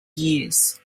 years